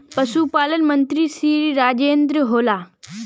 पशुपालन मंत्री श्री राजेन्द्र होला?